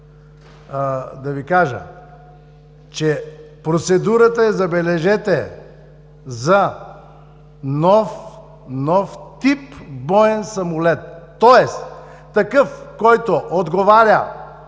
Ще Ви кажа, че процедурата е, забележете, за нов тип боен самолет. Тоест такъв, който отговаря